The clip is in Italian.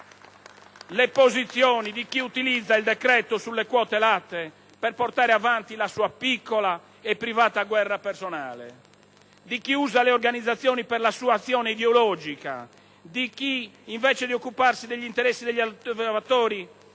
le posizioni di chi utilizza il decreto sulle quote latte per portare avanti la sua piccola e privata guerra personale, di chi usa le organizzazioni per la sua azione ideologica, di chi, invece di occuparsi degli interessi degli allevatori,